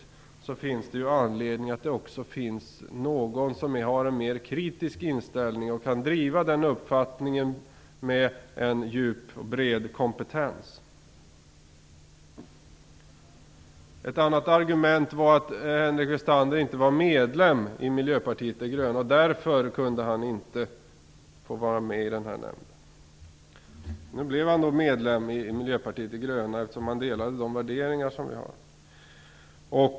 Därför finns det anledning att också någon som har en mer kritisk inställning - och som kan driva den uppfattningen med en djup och bred kompetens - finns med. Ett annat argument var att Henrik Westander inte var medlem i Miljöpartiet de gröna. Därför kunde han inte få vara med i den här nämnden. Han blev medlem i Miljöpartiet de gröna, eftersom han delade de värderingar som vi har.